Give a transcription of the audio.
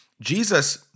Jesus